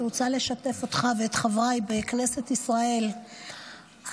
אני רוצה לשתף אותך ואת חבריי בכנסת ישראל בהחלטה